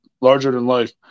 larger-than-life